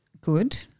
Good